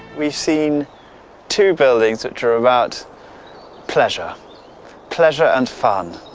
we've seen two buildings that are about pleasure pleasure and fun,